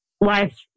life